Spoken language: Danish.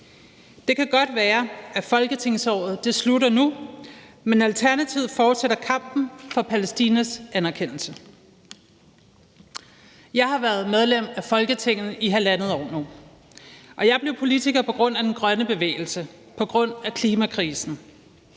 Det kan godt være, at folketingsåret slutter nu, men Alternativet fortsætter kampen for Palæstinas anerkendelse. Jeg har været medlem af Folketinget i halvandet år nu, og jeg blev politiker på grund af den grønne bevægelse, på grund af klimakrisen.